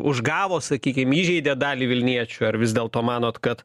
užgavo sakykim įžeidė dalį vilniečių ar vis dėlto manot kad